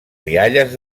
rialles